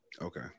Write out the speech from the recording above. Okay